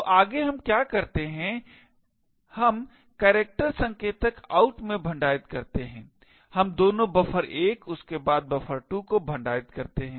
तो आगे हम क्या करते हैं हम character संकेतक out में भंडारित करते हैं हम दोनों buffer1 उसके बाद buffer2को भंडारित करते हैं